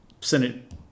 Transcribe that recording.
Senate